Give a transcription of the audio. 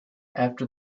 after